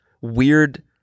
weird